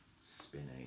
spinning